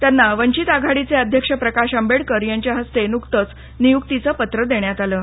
त्यांना वंचित आघाडीचे अध्यक्ष प्रकाश आंबेडकर यांच्या हस्ते नुकतेच नियुक्तीचं पत्र देण्यात आले आहे